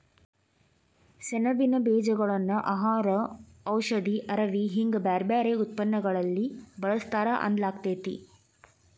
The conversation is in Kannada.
ಸೆಣಬಿನ ಬೇಜಗಳನ್ನ ಆಹಾರ, ಔಷಧಿ, ಅರವಿ ಹಿಂಗ ಬ್ಯಾರ್ಬ್ಯಾರೇ ಉತ್ಪನ್ನಗಳಲ್ಲಿ ಬಳಸ್ತಾರ ಅನ್ನಲಾಗ್ತೇತಿ